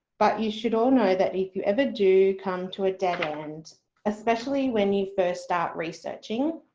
but you should all know that if you ever do come to a dead end especially when you first start researching,